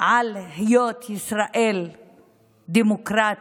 על היות ישראל דמוקרטית,